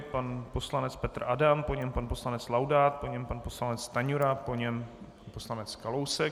Pan poslanec Petr Adam, po něm pan poslanec Laudát, po něm pan poslanec Stanjura, po něm pan poslanec Kalousek.